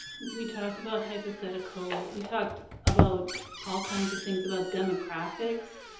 we talked about hypothetical, we talked about all kinds of things, about demographics,